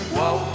Whoa